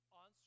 on